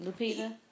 Lupita